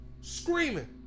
screaming